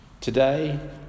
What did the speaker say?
Today